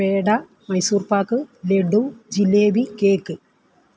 peda Mysore pak laddu jalebi cake